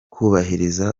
kubahiriza